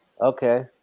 Okay